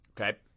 Okay